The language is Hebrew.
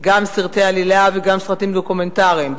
גם סרטי עלילה וגם סרטים דוקומנטריים.